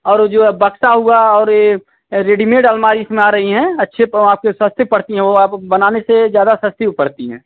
और वह जो है बक्सा हुआ और यह रेडीमेड अलमारी इसमें आ रही हैं अच्छे आपके सस्ते पड़ती हैं वह आप बनाने से ज़्यादा सस्ती वह पड़ती हैं